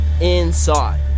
inside